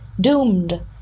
doomed